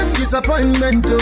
disappointment